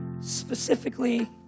specifically